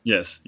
Yes